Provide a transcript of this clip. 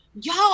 Y'all